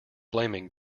blaming